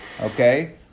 Okay